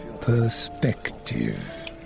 perspective